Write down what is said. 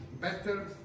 better